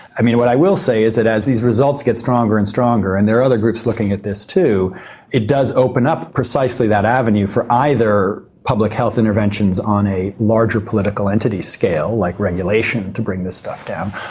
i mean, what i will say is that as these results get stronger and stronger and there are other groups looking at this too it does open up precisely that avenue for either public health interventions on a larger political entity scale like regulation to bring this stuff down,